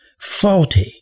faulty